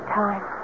time